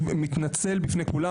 מתנצל בפני כולם.